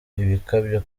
ibikabyo